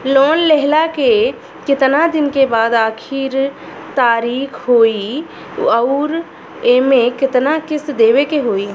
Loan लेहला के कितना दिन के बाद आखिर तारीख होई अउर एमे कितना किस्त देवे के होई?